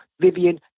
Vivian